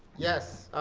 yes,